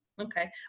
okay